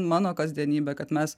mano kasdienybę kad mes